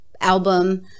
album